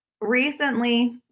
recently